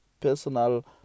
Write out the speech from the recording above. personal